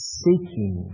seeking